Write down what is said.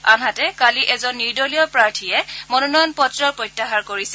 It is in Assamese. আনহাতে কালি এজন নিৰ্দলীয় প্ৰাৰ্থীয়ে মনোনয়ন পত্ৰ প্ৰত্যাহাৰ কৰিছে